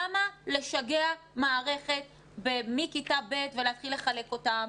למה לשגע מערכת מכיתה ב' ולהתחיל לחלק אותם?